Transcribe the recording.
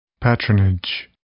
Patronage